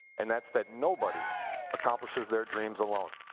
and that's that nobody accomplishes their dream alone.